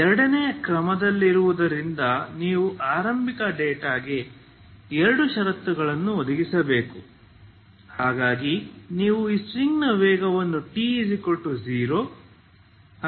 ಎರಡನೇ ಕ್ರಮದಲ್ಲಿರುವುದರಿಂದ ನೀವು ಆರಂಭಿಕ ಡೇಟಾಗೆ ಎರಡು ಷರತ್ತುಗಳನ್ನು ಒದಗಿಸಬೇಕು